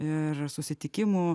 ir susitikimų